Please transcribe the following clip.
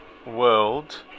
world